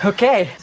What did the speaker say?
Okay